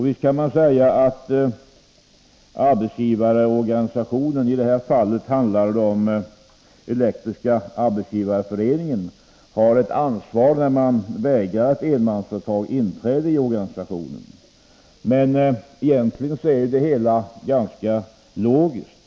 Visst kan man säga att arbetsgivarorganisationen — i det här fallet handlar det om den elektriska — har ett ansvar, när man vägrar ett enmansföretag inträde i organisationen. Men egentligen är ju det hela ganska logiskt.